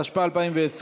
התשפ"א 2020,